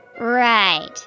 Right